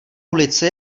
ulice